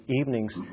evenings